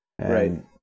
Right